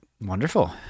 Wonderful